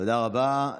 תודה רבה.